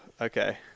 okay